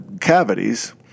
cavities